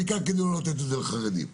העיקר לא לתת את זה לחרדים.